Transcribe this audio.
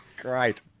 great